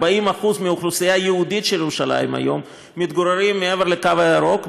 40% מהאוכלוסייה היהודית של ירושלים היום מתגוררים מעבר לקו הירוק,